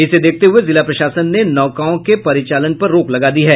इसे देखते हुये जिला प्रशासन ने नौकाओं के परिचालन पर रोक लगा दी है